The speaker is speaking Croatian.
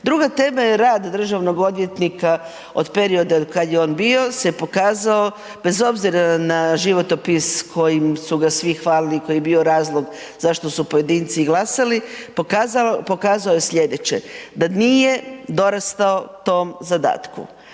Druga tema je rad državnog odvjetnika od perioda ili kad je on bio se pokazao bez obzira na životopis kojim su ga svi hvalili, koji je bio razlog zašto su pojedinci glasali, pokazao je slijedeće da nije dorastao tom zadatku,